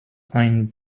ein